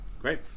great